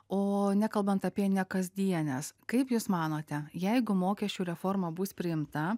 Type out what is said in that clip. o nekalbant apie nekasdienės kaip jūs manote jeigu mokesčių reforma bus priimta